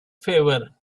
favor